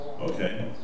Okay